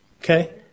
Okay